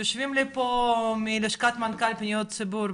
יושבים לי פה מלשכת מנכ"ל פניות ציבור,